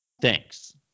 Thanks